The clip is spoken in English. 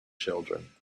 children